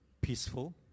peaceful